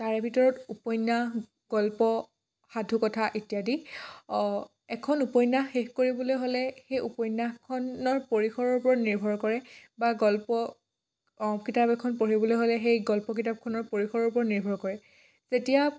তাৰে ভিতৰত উপন্যাস গল্প সাধুকথা ইত্যাদি অঁ এখন উপন্যাস শেষ কৰিবলৈ হ'লে সেই উপন্যাসখনৰ পৰিসৰৰ ওপৰত নিৰ্ভৰ কৰে বা গল্প অঁ কিতাপ এখন পঢ়িবলৈ হ'লে সেই গল্প কিতাপখনৰ পৰিসৰৰ ওপৰত নিৰ্ভৰ কৰে যেতিয়া